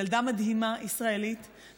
ילדה ישראלית מדהימה,